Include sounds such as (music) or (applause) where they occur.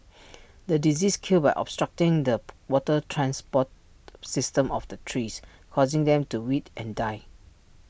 the disease killed by obstructing the (noise) water transport system of the trees causing them to wilt and die